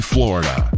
Florida